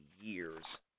years